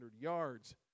yards